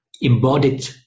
embodied